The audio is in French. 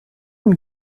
une